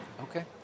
Okay